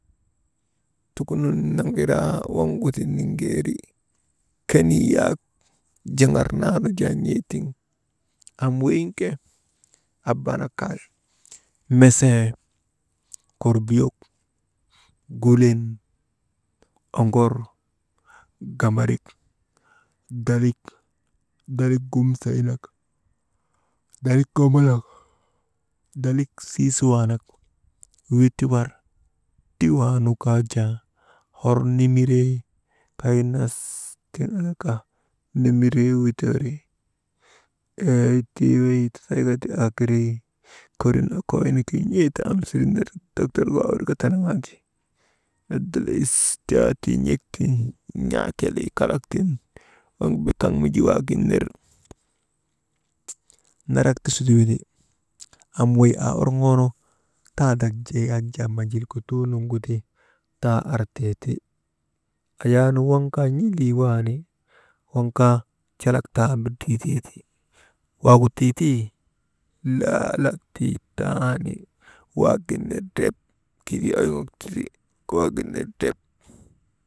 Tukunun naŋiraa waŋgu ti niŋeeri, kenii yak jaŋar naanu jaa n̰ee tiŋ, am weyiŋ ke abaanak kay, mesee, korbuyok, gulen, oŋor gambarik dalik, dalik gumsayak dalik komolok, dalik siisiwaa nak witiwar, tiwaa nu kaa jaa hor nimiree kay nas, kee nimiree witeeri, ee tii wey tatayka ti aa kirii, korin okoyni ke n̰eeta am dok torgu, oworgeteenaa andi, abdalaz jaa tii n̰ek tiŋ n̰aa kelee kalak tiŋ, am bitak nujik waagin ner narak ti su ti windi, am wey aa orŋoonu taadak jee yak jaa manjilkutuu nuŋgu ti, taa artee ti, ayaanu waŋ kaa n̰ilii waani, waŋkaa calak taa wir tii tee ti, waagu ti tii, laala tii taani, wagin ner ndrep tigu yawak ti, waagin ner ndep.